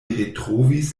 retrovis